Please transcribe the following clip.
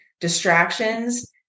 distractions